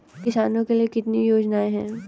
किसानों के लिए कितनी योजनाएं हैं?